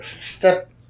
step